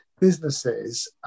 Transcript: businesses